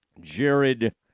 Jared